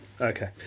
okay